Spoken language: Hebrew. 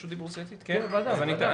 ודאי.